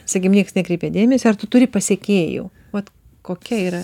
sakykim niekas nekreipia dėmesio ar tu turi pasekėjų vat kokia yra